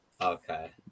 Okay